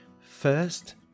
First